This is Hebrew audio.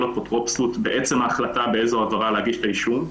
אפוטרופסות בעצם ההחלטה באיזו עבירה להגיש את האישום.